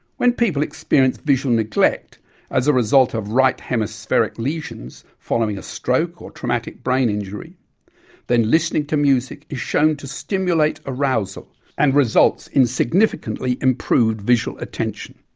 when people experience visual neglect as a result of right hemispheric lesions following a stroke or traumatic brain injury then listening to music is shown to stimulate arousal and results in significantly improved visual attention.